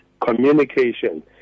communication